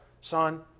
son